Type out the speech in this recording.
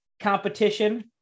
competition